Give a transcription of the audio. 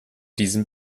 dem